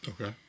Okay